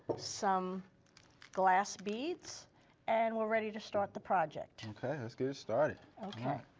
some glass beads and we're ready to start the project. okay, let's get it started. okay.